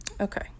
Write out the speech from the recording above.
Okay